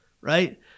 right